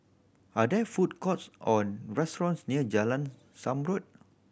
are there food courts or restaurants near Jalan Zamrud